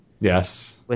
Yes